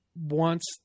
wants